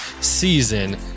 season